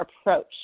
approach